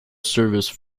service